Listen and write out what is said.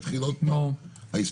ברור.